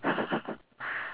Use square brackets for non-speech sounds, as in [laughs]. [laughs]